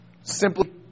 simply